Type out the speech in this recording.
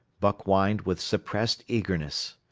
buck whined with suppressed eagerness.